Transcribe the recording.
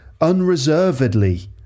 Unreservedly